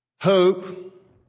Hope